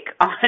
on